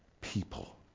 people